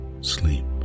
sleep